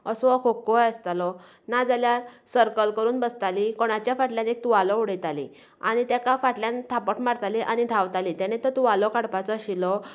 असो हो खोखो आसतालो नाजाल्यार सर्कल करून बसतालीं कोणाच्या फाटल्यान एक तुवालो उडयतालीं आनी तेका फाटल्यान थापट मारतालीं आनी धांवतालीं तेणें तो तुवालो काडपाचो आशिल्लो